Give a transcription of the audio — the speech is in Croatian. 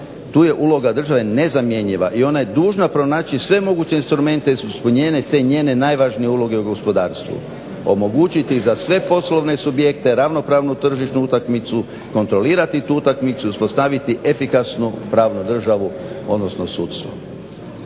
Tu je uloga države nezamjenjiva i ona je dužna pronaći sve moguće instrumente jer su njene te sve najvažnije uloge u gospodarstvu omogućiti za sve poslovne subjekte ravnopravnu tržišnu utakmicu, kontrolirati tu utakmicu, uspostaviti efikasnu pravnu državu odnosno sudstvo.